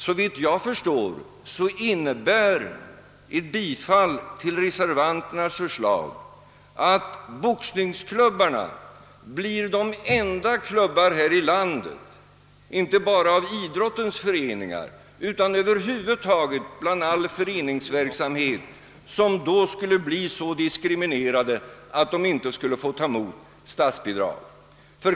Såvitt jag förstår innebär ett bifall till reservanternas förslag, att boxningsklubbarna blir de enda klubbar här i landet, inte bara bland idrottsföreningar utan över huvud taget inom all föreningsverksamhet, som då skulle bli så diskriminerade att de inte skulle få ta emot statsbidrag.